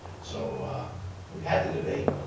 so we've had the debate,